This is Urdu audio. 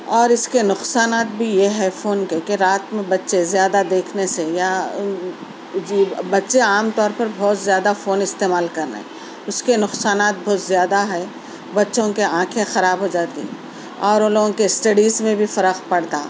اور اس کے نقصانات بھی یہ ہے فون کے کہ رات میں بچے زیادہ دیکھنے سے یا جی بچے عام طور پر بہت زیادہ فون استعمال کر رہے اس کے نقصانات بہت زیادہ ہے بچوں کے آنکھیں خراب ہو جاتیں اور ان لوگوں کے اسٹڈیز میں بھی فرق پڑتا